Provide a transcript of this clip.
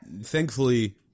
thankfully